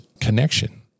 connection